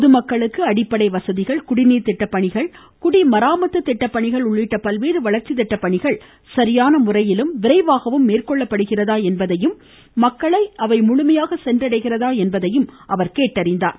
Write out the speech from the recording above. பொதுமக்களுக்கு அடிப்படை வசதிகள் குடிநீர் திட்டப்பணிகள் குடி மராமத்து திட்டப்பணிகள் உள்ளிட்ட பல்வேறு வளர்ச்சி திட்டப்பணிகள் சரியான முறையிலும் விரைவாகவும் மேற்கொள்ளப்படுகிறதா என்பதையும் மக்களை அவை முழுமையாக சென்றடைகிறதா என்பதையும் அவர் கேட்டறிந்தார்